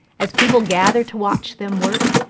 as people gather to watch them work,